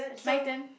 it's my turn